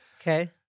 Okay